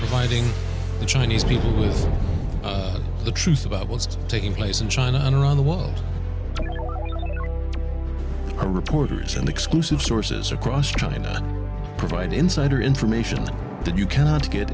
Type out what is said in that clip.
fighting the chinese people is the truth about what's taking place in china and around the world are reporters and exclusive sources across china provide insider information that you cannot get